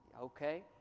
okay